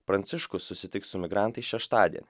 pranciškus susitiks su migrantais šeštadienį